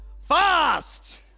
fast